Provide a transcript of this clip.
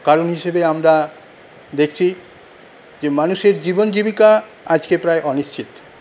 কারণ হিসেবে আমরা দেখছি যে মানুষের জীবন জীবিকা আজকে প্রায় অনিশ্চিত